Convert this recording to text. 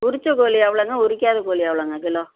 உரித்தக் கோழி எவ்வளோங்க உரிக்காத கோழி எவ்வளோங்கக் கிலோ